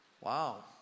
Wow